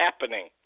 happening